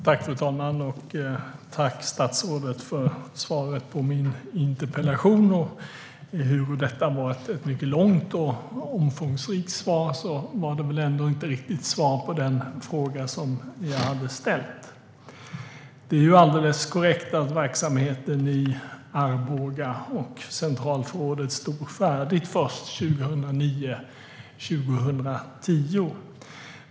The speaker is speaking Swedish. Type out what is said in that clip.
Fru talman! Tack, statsrådet, för svaret på min interpellation. Ehuru detta var ett mycket långt och omfångsrikt svar var det väl ändå inte riktigt ett svar på den fråga som jag hade ställt. Det är alldeles korrekt att verksamheten i Arboga och centralförrådet stod färdigt först 2009-2010.